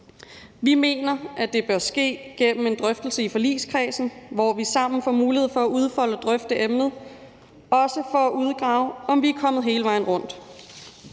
Vi mener, at det bør ske gennem en drøftelse i forligskredsen, hvor vi sammen får mulighed for at udfolde og drøfte emnet, også for at udgrave, om vi er kommet hele vejen rundt.